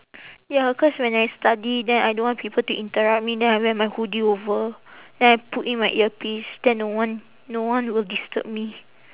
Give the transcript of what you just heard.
ya cause when I study then I don't want people to interrupt me then I wear my hoodie over then I put in my earpiece then no one no one will disturb me